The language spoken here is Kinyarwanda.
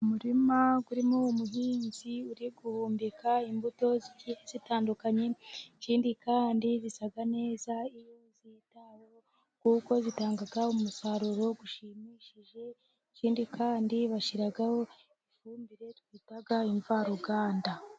Mu umurima urimo uwo muhinzi uri guhumbika imbuto zitandukanye, ikindi kandi zisa neza iyo zitaweho kuko zitanga umusaruro ushimishije. Ikindi kandi bashyiraho ifumbire twita imvaruganda.